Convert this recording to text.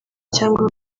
cyangwa